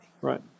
Right